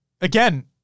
again